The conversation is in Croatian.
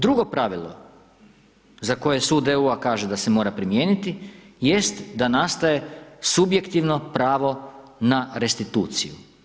Drugo pravilo za koje sud EU-a kaže da se mora primijeniti jest da nastaje subjektivno pravo na restituciju.